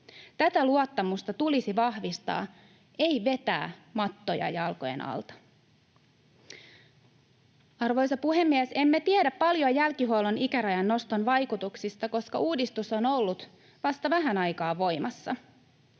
Tätä luottamusta tulisi vahvistaa, ei vetää mattoja jalkojen alta. Arvoisa puhemies! Emme tiedä paljon jälkihuollon ikärajan noston vaikutuksista, koska uudistus on ollut vasta vähän aikaa voimassa.